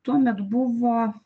tuomet buvo